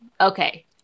okay